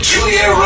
Julia